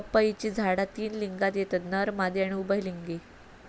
पपईची झाडा तीन लिंगात येतत नर, मादी आणि उभयलिंगी